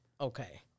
Okay